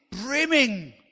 brimming